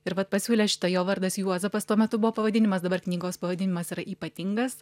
ir vat pasiūlė šitą jo vardas juozapas tuo metu buvo pavadinimas dabar knygos pavadinimas yra ypatingas